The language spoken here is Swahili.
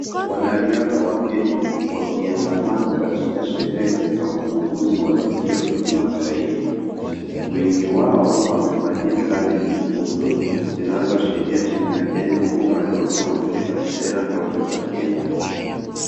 Wanariadha wa Kenya wakiandamana katika sherehe za ufunguzi wa tukio la kimataifa. Wengi wao wamevalia sare nyekundu zinazoashiria timu ya Kenya, huku baadhi wakiwa wameshika bendera ndogo za Kenya.